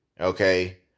Okay